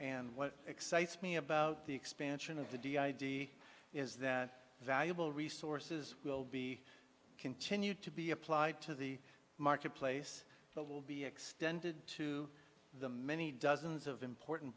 and what excites me about the expansion of the d id is that valuable resources will be continued to be applied to the marketplace but will be extended to the many dozens of important